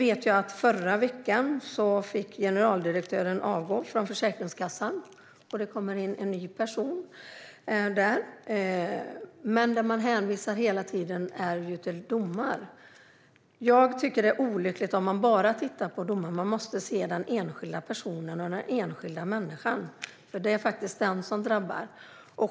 Förra veckan fick generaldirektören avgå från Försäkringskassan, och det ska komma dit en ny person. Man hänvisar hela tiden till domar. Jag tycker att det är olyckligt om man bara tittar på domar. Man måste se den enskilda personen och den enskilda människan. Det är faktiskt den som drabbas.